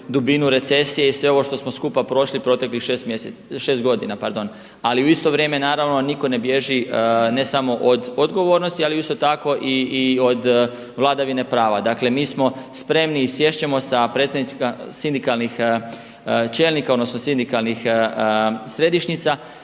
dubinu recesije i sve ovo što smo skupa prošli proteklih 6 godina. Ali u isto vrijeme naravno nitko ne bježi ne samo od odgovornosti ali isto tako i od vladavine prava. Dakle mi smo spremni i sjest ćemo sa predstavnicima sindikalnih čelnika odnosno sindikalnih središnjica